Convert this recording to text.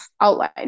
outline